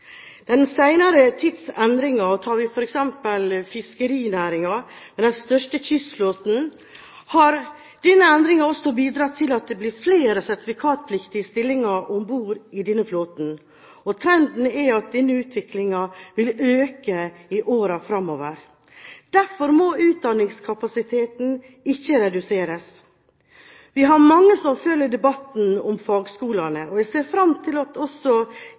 Tar vi f.eks. fiskerinæringen, med den største kystflåten, har den senere tids endringer også bidratt til at det blir flere sertifikatpliktige stillinger om bord i denne flåten. Og trenden er at denne utviklingen vil øke i årene fremover. Derfor må utdanningskapasiteten ikke reduseres. Vi har mange som følger debatten om fagskolene, og jeg ser fram til at også